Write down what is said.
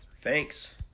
Thanks